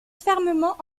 fermement